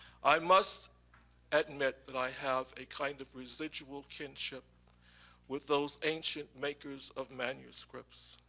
i must admit that i have a kind of residual kinship with those ancient makers of manuscripts.